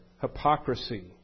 hypocrisy